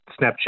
Snapchat